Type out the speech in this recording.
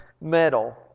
metal